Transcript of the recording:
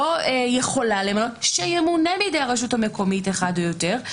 לא יכולה למנות אלא ימונה בידי הרשות המקומית אחד או יותר.